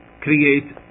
create